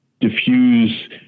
diffuse